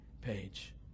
page